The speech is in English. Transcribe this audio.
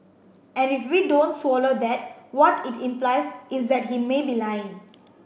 and if we don't swallow that what it implies is that he may be lying